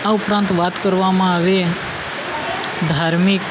આ ઉપરાંત વાત કરવામાં આવે ધાર્મિક